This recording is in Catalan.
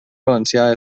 valencià